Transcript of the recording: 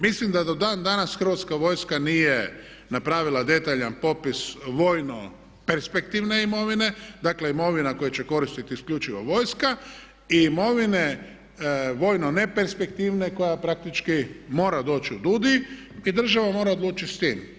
Mislim da do dan danas Hrvatska vojska nije napravila detaljan popis vojno perspektivne imovine, dakle imovine koju će koristiti isključivo vojska i imovine vojno ne perspektivne koja praktički mora doći u DUUDI i država mora odlučiti s tim.